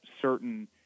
certain